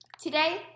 Today